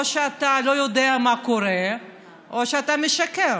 אז פה זה כבר שאלות: או שאתה לא יודע מה קורה או שאתה משקר,